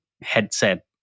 headset